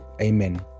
Amen